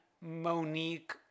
Monique